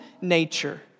Nature